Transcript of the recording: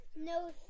No